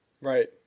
Right